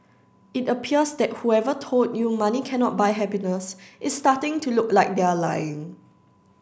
it appears that whoever told you money cannot buy happiness is starting to look like they are lying